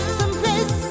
someplace